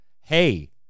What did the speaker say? hey